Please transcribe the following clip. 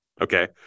Okay